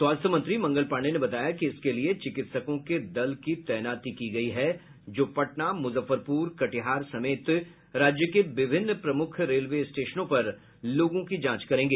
स्वास्थ्य मंत्री मंगल पांडेय ने बताया कि इसके लिए चिकित्सकों के दलों की तैनाती की गई है जो पटना मुजफ्फरपुर कटिहार समेत राज्य के विभिन्न प्रमुख रेलवे स्टेशनों पर लोगों की जांच करेगी